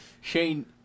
Shane